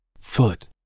Foot